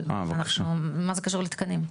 איך זה קשור לתקנים?